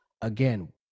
again